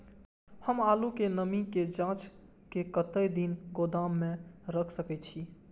हम आलू के नमी के जाँच के कतेक दिन गोदाम में रख सके छीए?